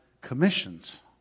commissions